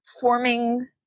forming